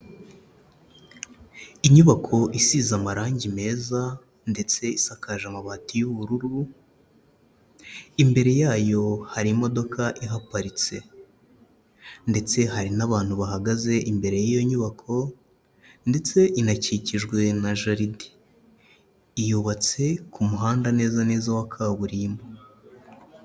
Inyubako isize amarangi meza, ndetse isakaje amabati y'ubururu, imbere yayo hari imodoka ihaparitse, ndetse hari n'abantu bahagaze imbere y'iyo nyubako, ndetse inakikijwe na jaride. Yubatse ku muhanda neza neza wa kaburimbo.